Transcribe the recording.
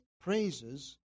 praises